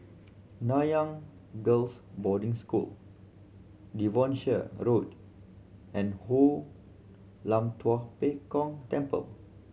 Nanyang Girls' Boarding School Devonshire Road and Hoon Lam Tua Pek Kong Temple